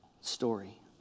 story